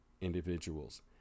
individuals